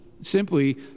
Simply